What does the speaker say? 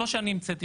לא שאני המצאתי,